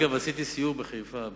אגב, עשיתי סיור בחיפה,